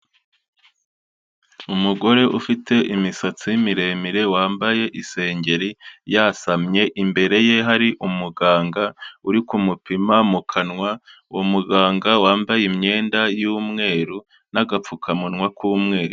Umugore ufite imisatsi miremire wambaye isengeri yasamye, imbere ye hari umuganga uri kumupima mu kanwa, uwo muganga wambaye imyenda y'umweru n'agapfukamunwa k'umweru.